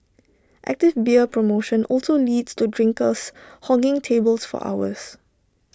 active beer promotion also leads to drinkers hogging tables for hours